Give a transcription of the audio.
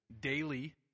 daily